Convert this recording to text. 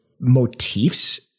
motifs